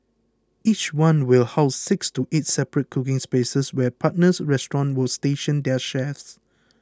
each one will house six to eight separate cooking spaces where partner restaurants will station their chefs